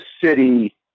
city